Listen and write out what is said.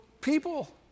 people